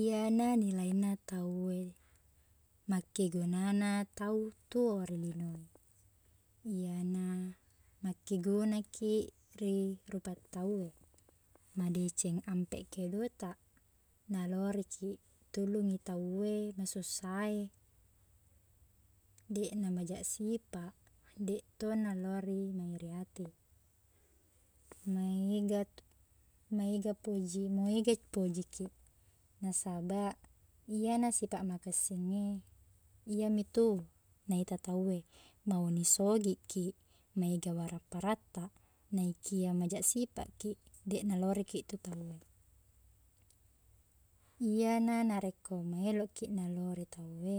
Iyena nilaina tauwe, makkegunana tau tuo ri linowe. Iyana makkegunakiq ri rupa tauwe, madeceng ampeq kedotaq, nalorikiq tulungngi tauwe masussa e, deqna majaq sipaq, deq to naelori na iri ati. Maega maega poji- maega pojikiq. Nasabaq, iyena sipaq makesingnge, iya mitu naita tauwe. Mauni sogiqkiq, maega warapparatta, naikia majaq sipaqkiq, deqna loriki tu tauwe. Iyena narekko maeloki nalori tauwe,